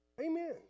Amen